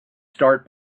start